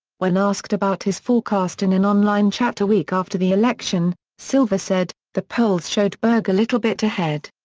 when asked about his forecast in an online chat a week after the election, silver said the polls showed berg a little bit ahead.